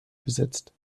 besetzt